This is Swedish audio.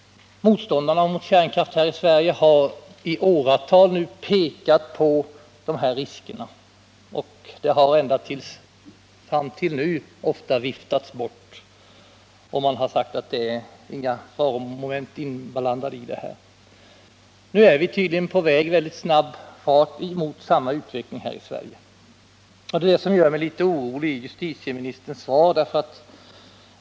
Motståndarna mot kärnkraft här i Sverige har i åratal pekat på de här riskerna, men farhågorna har — ända fram till nu — viftats bort; man har sagt att det inte finns några faromoment inblandade. Nu är vi emellertid tydligen snabbt på väg rakt emot samma utveckling i Sverige. Justitieministerns svar gör mig orolig.